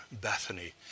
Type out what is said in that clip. Bethany